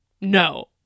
No